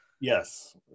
Yes